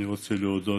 אני רוצה להודות